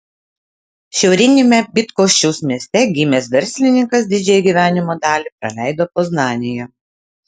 šiauriniame bydgoščiaus mieste gimęs verslininkas didžiąją gyvenimo dalį praleido poznanėje